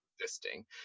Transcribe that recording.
existing